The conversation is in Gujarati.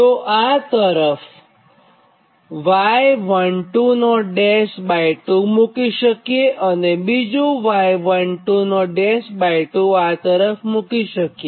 તો આ તરફ y122 મુકી શકીએ અને બીજું y122 આ તરફ મુકી શકીએ